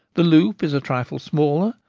the loop is a trifle smaller,